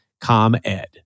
ComEd